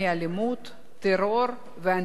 היהודית, הצעות לסדר-היום מס'